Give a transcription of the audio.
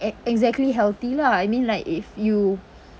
e~ exactly healthy lah I mean like if you